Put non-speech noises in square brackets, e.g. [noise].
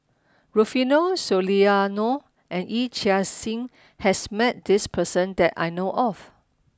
[noise] Rufino Soliano and Yee Chia Hsing has met this person that I know of